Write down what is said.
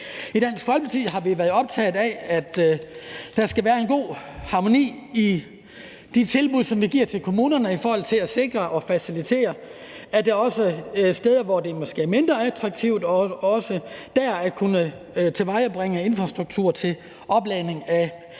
I Dansk Folkeparti har vi været optaget af, at der skal være en god harmoni i de tilbud, som vi giver kommunerne, i forhold til at sikre og facilitere, at man også de steder, hvor det måske er mindre attraktivt, kan tilvejebringe infrastruktur til opladning af elbiler,